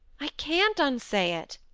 i can't unsay it,